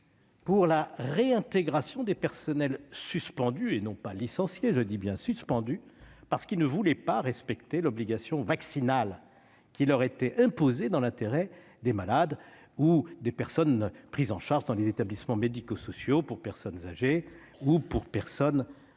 pour la réintégration des personnels suspendus- je dis bien « suspendus », et non pas « licenciés » -parce qu'ils ne voulaient pas respecter l'obligation vaccinale qui leur était imposée dans l'intérêt des malades ou des personnes prises en charge dans les établissements médico-sociaux pour personnes âgées ou pour personnes